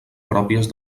pròpies